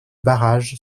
barrage